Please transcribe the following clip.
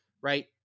right